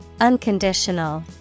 Unconditional